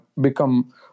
become